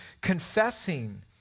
confessing